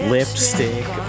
Lipstick